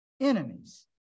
enemies